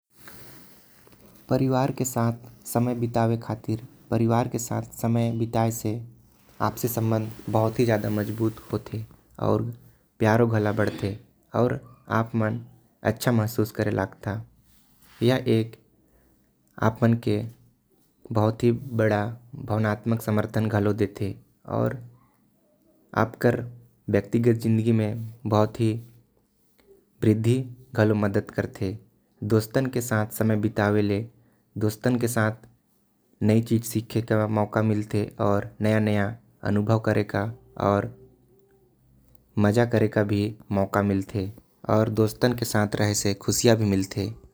परिवार के साथ समय बिताए से आपसी संबंध बहुत मजबूत होथे। प्यारो बढ़ते अउ अच्छा महससू करथे। दोस्तन मन के साथ नया चीज़ सीखे मिलथे अउ। नवा नवा अनुभव मिलथे।